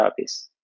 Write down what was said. therapies